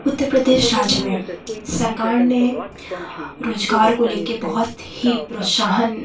उत्तर प्रदेश राज्य में सरकार ने रोज़गार को लेकर बहुत ही प्रोत्साहन